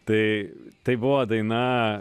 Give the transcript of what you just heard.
tai tai buvo daina